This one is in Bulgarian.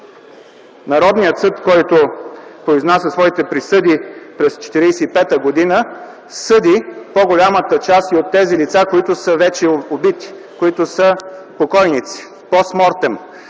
Народният съд, който произнася своите присъди през 1945 г., съди по-голямата част от тези лица, които са вече убити, които са вече покойници –